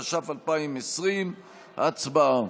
התש"ף 2020. הצבעה.